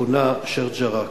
המכונה שיח'-ג'ראח.